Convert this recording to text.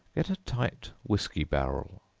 get a tight whiskey barrel,